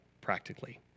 practically